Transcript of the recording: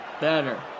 better